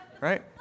right